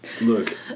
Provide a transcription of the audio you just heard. Look